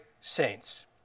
saints